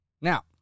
Now